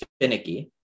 finicky